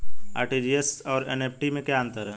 RTGS और NEFT में क्या अंतर है?